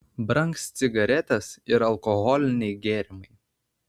brangs cigaretės ir alkoholiniai gėrimai